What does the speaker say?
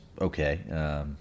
Okay